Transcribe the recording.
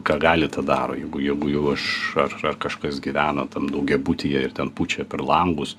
ką gali tą daro jeigu jeigu jau aš ar ar kažkas gyvena tam daugiabutyje ir ten pučia per langus